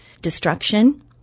destruction